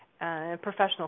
professional